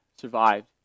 survived